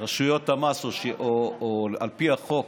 רשויות המס או על פי החוק,